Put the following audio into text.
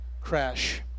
crash